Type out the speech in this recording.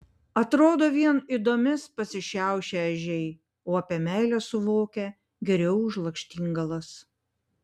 atrodo vien ydomis pasišiaušę ežiai o apie meilę suokia geriau už lakštingalas